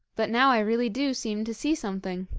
but now i really do seem to see something